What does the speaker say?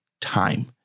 time